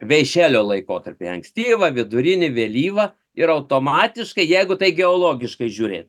veišelio laikotarpį ankstyvą vidurinį vėlyvą ir automatiškai jeigu tai geologiškai žiūrėt